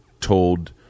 told